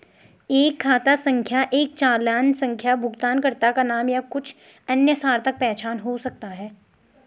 एक खाता संख्या एक चालान संख्या भुगतानकर्ता का नाम या कुछ अन्य सार्थक पहचान हो सकता है